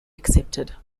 accepted